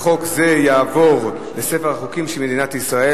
וחוק זה יעבור לספר החוקים של מדינת ישראל.